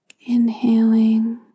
Inhaling